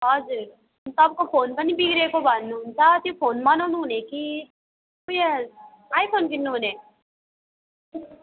हजुर तपाईँको फोन पनि बिग्रेको भन्नुहुन्छ त्यो फोन बनाउनु हुने कि ऊ यो आइफोन किन्नुहुने